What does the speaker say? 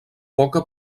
poca